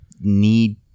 need